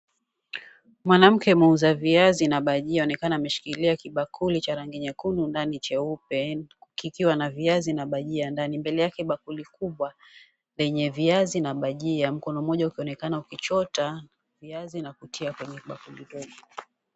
Mwanamke muuza viazi na bajia anaonekana ameshikilia kibakuli cha rangi nyekundu, ndani cheupe, kikiwa na viazi na bajia ndani. Mbele yake bakuli kubwa lenye viazi na bajia. Mkono mmoja ukionekana ukichota viazi na kutia kwenye bakuli ndogo.